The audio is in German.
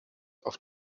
auf